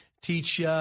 teach –